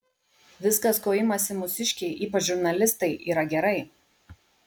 viskas ko imasi mūsiškiai ypač žurnalistai yra gerai